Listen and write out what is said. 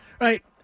Right